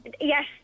Yes